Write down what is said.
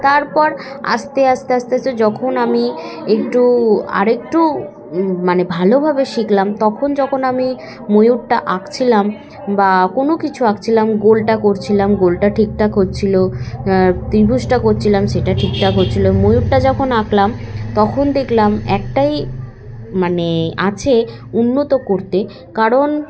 তারপর আস্তে আস্তে আস্তে আস্তে যখন আমি একটু আরেকটু মানে ভালোভাবে শিখলাম তখন যখন আমি ময়ূরটা আঁকছিলাম বা কোনো কিছু আঁকছিলাম গোলটা করছিলাম গোলটা ঠিক ঠাক হচ্ছিলো ত্রিভুজটা করছিলাম সেটা ঠিক ঠাক হচ্ছিলো ময়ূরটা যখন আঁকলাম তখন দেখলাম একটাই মানে আছে উন্নত করতে কারণ